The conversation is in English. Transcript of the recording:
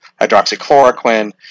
hydroxychloroquine